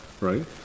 Right